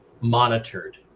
monitored